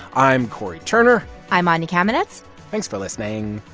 i'm cory turner i'm anya kamenetz thanks for listening